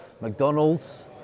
McDonald's